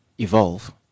evolve